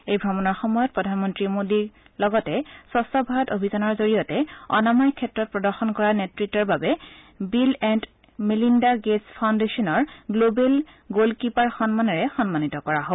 এই ভ্ৰমণৰ সময়ত প্ৰধানমন্ত্ৰী মোদীক লগতে স্বচ্ছ ভাৰত অভিযানৰ জৰিয়তে অনাময় ক্ষেত্ৰত প্ৰদৰ্শন কৰা নেতৃত্বৰ বাবে বিল এণ্ড মেলিণ্ডা গেটছ ফাউণ্ডেছনৰ শ্লোবেল গলকিপাৰ সন্মানেৰে সন্মানিত কৰা হ'ব